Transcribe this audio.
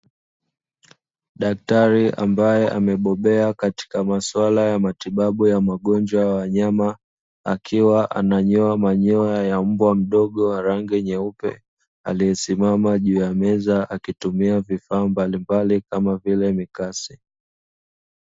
Daktari ambaye amebobea katika maswala ya matibabu ya magonjwa ya wanyama, akiwa ananyoa manyoya ya mbwa mdogo wa rangi nyeupe, aliyesimama juu ya meza akitumia vifaa mbalimbali kama vile mikasi.